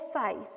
faith